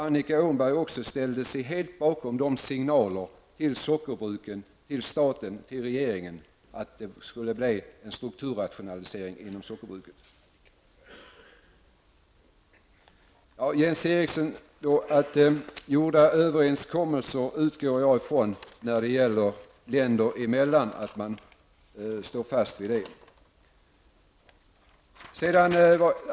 Annika Åhnberg ställde sig då helt bakom signalerna till sockerbruken, till staten och regeringen om att det skulle genomföras en strukturrationalisering inom sockerbruken. Jag utgår ifrån att man står fast vid gjorda överenskommelser mellan länder, Jens Eriksson.